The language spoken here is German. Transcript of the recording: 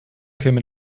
käme